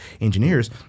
engineers